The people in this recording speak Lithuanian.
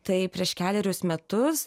tai prieš kelerius metus